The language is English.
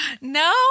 No